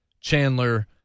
Chandler